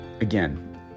Again